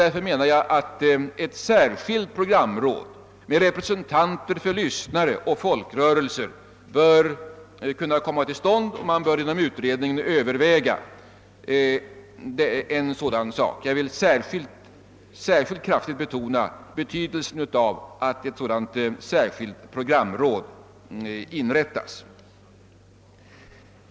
Jag menar därför att ett särskilt programråd med representanter för lyssnare och folkrörelser bör komma till stånd, och inom den av oss begärda utredningen bör man kunna överväga den saken. Jag vill särskilt kraftigt betona betydelsen av att ett sådant speciellt programråd inrättas.